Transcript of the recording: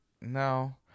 No